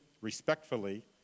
respectfully